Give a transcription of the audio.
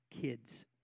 kids